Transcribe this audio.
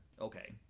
Okay